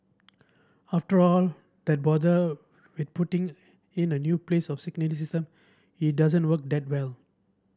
after all that bother with putting in a new place of signalling system it doesn't work that well